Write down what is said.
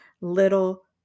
little